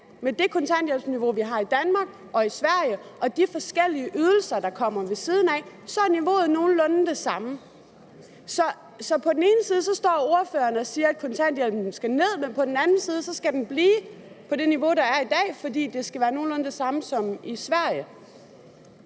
med det kontanthjælpsniveau, vi har i Danmark og i Sverige, og de forskellige ydelser, der kommer ved siden af, så er niveauet nogenlunde det samme. Så på den ene side står ordføreren og siger, at kontanthjælpen skal ned, men på den anden side skal den blive på det niveau, der er i dag, fordi det skal være nogenlunde det samme som i Sverige.